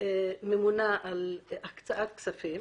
ממונה על הקצאת כספים